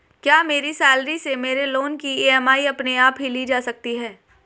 क्या मेरी सैलरी से मेरे लोंन की ई.एम.आई अपने आप ली जा सकती है?